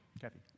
kathy